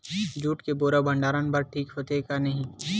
Jute के बोरा भंडारण बर ठीक होथे के नहीं?